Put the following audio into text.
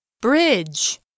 Bridge